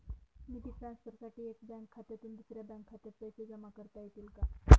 निधी ट्रान्सफरसाठी एका बँक खात्यातून दुसऱ्या बँक खात्यात पैसे जमा करता येतील का?